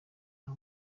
nta